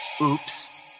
oops